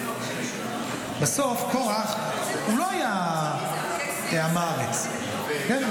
בסוף קרח לא היה עם הארץ, כן?